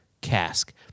cask